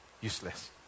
useless